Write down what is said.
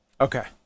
okay